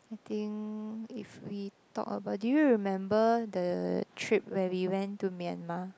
I think if we talk about do you remember the trip where we went to Myanmar